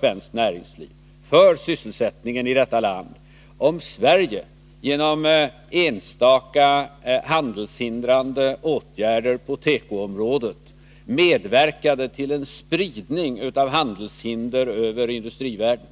svenskt näringsliv och sysselsättningen i detta land, om Sverige, genom enstaka handelshindrande åtgärder på tekoområdet, medverkade till en spridning av handelshinder över industrivärlden.